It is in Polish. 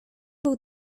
był